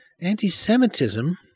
anti-Semitism